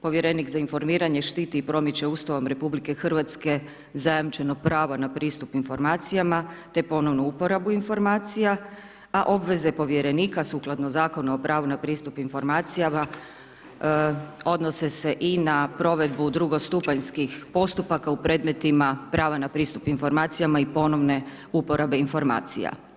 Povjerenik za informiranje štiti i promiče Ustavom RH zajamčeno pravo na pristup informacijama, te ponovnu uporabu informacija, a obveze povjerenika sukladno Zakonu o pravu na pristup informacijama odnose se i na provedbu drugostupanjskih postupaka u predmetima prava na pristup informacijama i ponovne uporabe informacija.